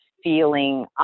feeling